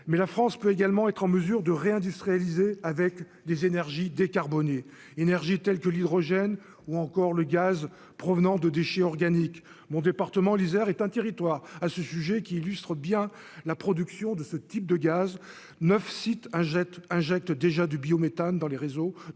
mais la France peut également être en mesure de réindustrialiser avec des énergies décarbonnées énergie tels que l'hydrogène ou encore le gaz provenant de déchets organiques mon département l'Isère est un territoire à ce sujet, qui illustrent bien la production de ce type de gaz 9 sites hein jette injecte déjà du biométhane dans les réseaux,